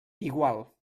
igual